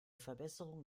verbesserung